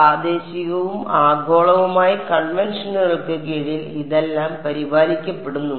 അതിനാൽ പ്രാദേശികവും ആഗോളവുമായ കൺവെൻഷനുകൾക്ക് കീഴിൽ ഇതെല്ലാം പരിപാലിക്കപ്പെടുന്നു